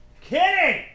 Kidding